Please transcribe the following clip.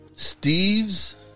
Steve's